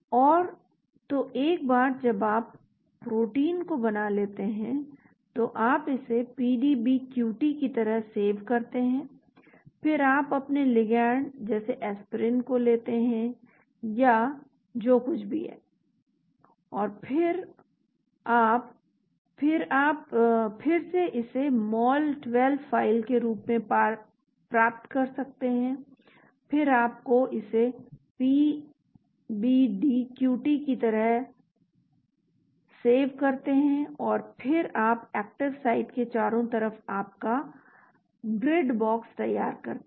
और तो एक बार जब आप प्रोटीन को बना लेते हैं तो आप इसे पीडीबीक्यूटी की तरह सेव करते हैं फिर आप अपने लिगैंड जैसे एस्पिरिन को लेते हैं या जो कुछ भी है और फिर आप फिर आप फिर से इसे mol2 फ़ाइल के रूप में प्राप्त कर सकते हैं फिर आप इसे PBDQT की तरह सेव करते हैं और फिर आप एक्टिव साइट के चारों ओर आपका ग्रिड बॉक्स तैयार करते हैं